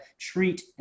treat